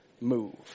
move